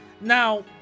Now